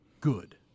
good